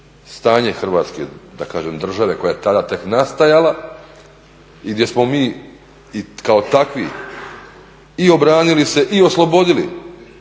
stanje Hrvatske države koja je tada tek nastajala i gdje smo mi i kao takvi i obranili se i oslobodili